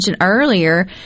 earlier